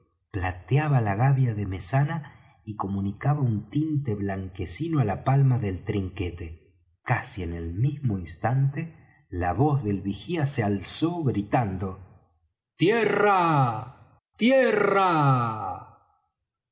plateaba la gavia de mesana y comunicaba un tinte blanquecino á la palma del trinquete casi en el mismo instante la voz del vigía se alzó gritando tierra tierra